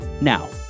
Now